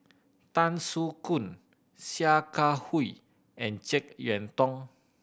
Tan Soo Khoon Sia Kah Hui and Jek Yeun Thong